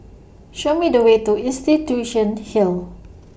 Show Me The Way to Institution Hill